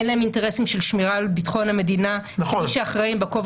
אין להם אינטרסים של שמירה על ביטחון המדינה כמי שאחראים בכובע